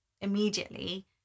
immediately